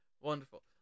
Wonderful